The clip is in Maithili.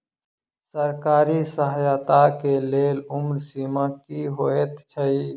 सरकारी सहायता केँ लेल उम्र सीमा की हएत छई?